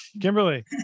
Kimberly